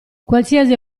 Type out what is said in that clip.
qualsiasi